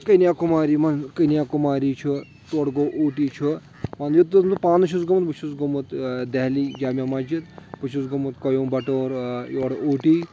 کَنیاکُماری منٛز کَنیاکُماری چھُ تورٕ گوٚو اوٗٹی چھُ یوٚتُس بہٕ پانہٕ چھُس گوٚمُت بہٕ چھُس گوٚمُت دہلی جامِیہ مَسجِد بہٕ چھُس گوٚمُت کوم بٹور یورٕ اوٗٹی